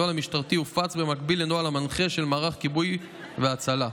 הנוהל המשטרתי הופץ במקביל לנוהל המנחה של מערך כיבוי והצלה,